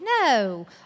No